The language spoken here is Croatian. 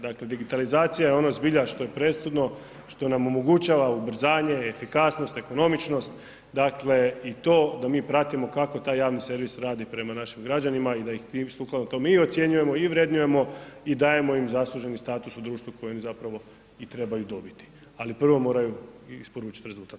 Dakle, digitalizacija je ono zbilja što je presudno, što nam omogućava ubrzanje, efikasnost, ekonomičnost, dakle i to da mi pratimo kako taj javni servis radi prema našim građanima i da ih tim sukladno tom i ocjenjujemo i vrednujemo i dajemo im zasluženi status u društvu koje oni zapravo i trebaju dobiti, ali prvo moraju isporučit rezultat.